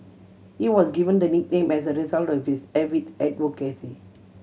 he was given the nickname as a result of his avid advocacy